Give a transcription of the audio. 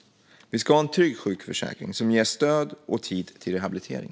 Vi ska ha en trygg sjukförsäkring som ger stöd och tid till rehabilitering.